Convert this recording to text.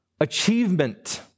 Achievement